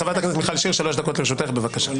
חברת הכנסת מיכל שיר, שלוש דקות לרשותך, בבקשה.